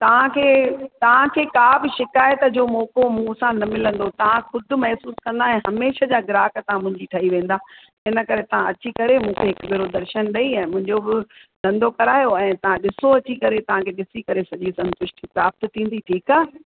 तव्हांखे तव्हांखे का बि शिकायत जो मौक़ो मूं सां न मिलंदो तव्हां खुदि महिसूसु कंदा ऐं हमेशह जा ग्राहक तव्हां मुंहिंजी ठई वेंदा इनकरे तव्हां अची करे मूंखे हिकु भेरो दर्शनु ॾेई ऐं मुंहिंजो बि धंधो करायो ऐं तव्हां ॾिसो अची करे तव्हांखे ॾिसी करे सॼी संतुष्टी प्राप्त थींदी ठीकु आहे